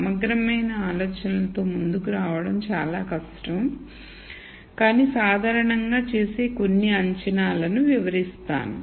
సమగ్రమైన అంచనాలతో ముందుకు రావడం చాలా కష్టం కాని సాధారణంగా చేసే కొన్ని అంచనాలను వివరిస్తాను